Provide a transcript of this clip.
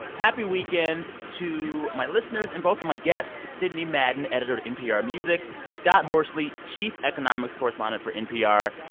happy weekend to my listeners and both of my guests sidney madden, editor at npr music, scott horsley, chief economics correspondent for npr.